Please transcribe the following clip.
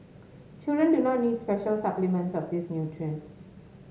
children do not need special supplements of these nutrients